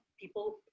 people